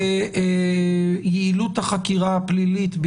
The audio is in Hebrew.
ליעילות החקירה הפלילית.